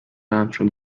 armstrong